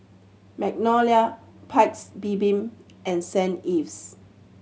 Magnolia Paik's Bibim and Saint Ives